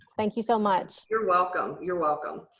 thank you so much. you're welcome. you're welcome.